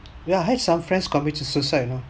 yeah I heard some friends commit suicide you know